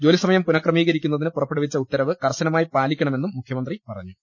ജോലിസമയം പുനഃ ക്രമീകരിക്കുന്നതിന് പുറപ്പെടുവിച്ച ഉത്തരവ് കർശനമായി പാലിക്കണമെന്നും മുഖ്യമന്ത്രി പറഞ്ഞു